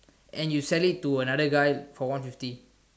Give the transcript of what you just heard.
and you sell it to another guy for one fifth